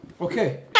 Okay